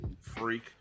freak